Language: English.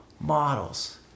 models